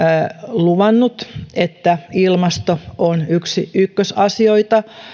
luvannut että ilmasto on yksi ykkösasioita